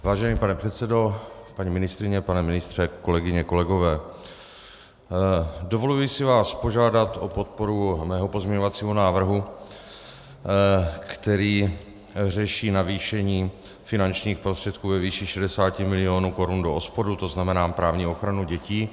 Vážený pane předsedo, paní ministryně, pane ministře, kolegyně, kolegové, dovoluji si vás požádat o podporu svého pozměňovacího návrhu, který řeší navýšení finančních prostředků ve výši 60 mil. korun do OSPODu, to znamená právní ochranu dětí.